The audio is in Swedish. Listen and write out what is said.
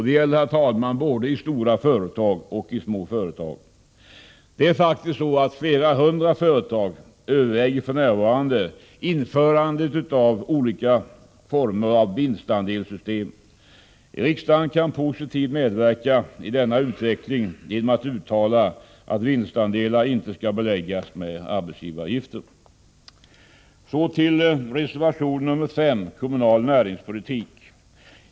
Det gäller, herr talman, i både stora och små företag. Det är faktiskt så, att flera hundra företag för närvarande överväger att införa olika former av vinstandelssystem. Riksdagen kan positivt medverka i denna utveckling genom att uttala att vinstandelar inte skall beläggas med arbetsgivaravgifter. Så till reservation nr 5 om kommunal näringspolitik.